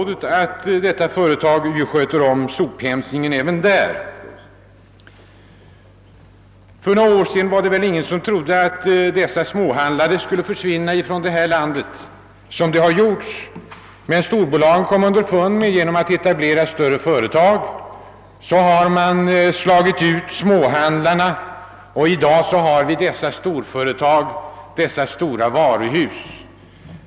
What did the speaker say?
Dessa företag sköter om sophämtningen även i stockholmsområdet. För några år sedan var det väl ingen som trodde att våra småhandlare skulle försvinna som nu skett, men storbolagen kom underfund med att de genom att bilda större företag kunde slå ut småhandlarna, och i dag har vi dessa storföretag, dessa stora varuhus.